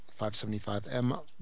575M